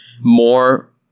more